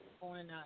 on